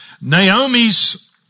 Naomi's